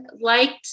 liked